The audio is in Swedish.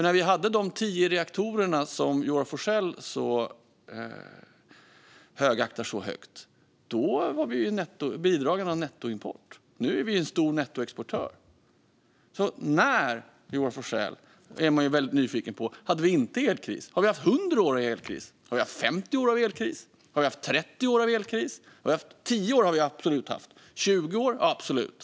När vi hade de tio reaktorer som Joar Forssell håller så högt var vi en nettoimportör. Nu är vi en stor nettoexportör. När, Joar Forssell, är jag nyfiken på, hade vi inte elkris? Har vi haft 100 år av elkris? Har vi haft 50 år av elkris? Har vi haft 30 år av elkris? Tio år av elkris har vi absolut haft, och 20 år - absolut.